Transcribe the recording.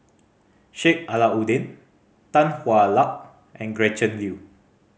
Sheik Alau'ddin Tan Hwa Luck and Gretchen Liu